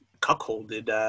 cuckolded